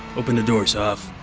open the doors, hoff.